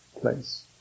place